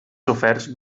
soferts